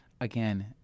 again